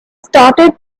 started